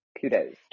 kudos